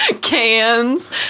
cans